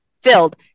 filled